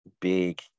big